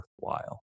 worthwhile